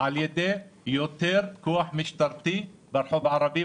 על ידי יותר כוח משטרתי ברחוב הערבי,